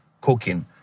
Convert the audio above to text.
cooking